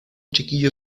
chiquillo